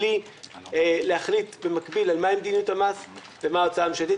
בלי להחליט במקביל על מהי מדיניות המס ומה ההוצאה הממשלתית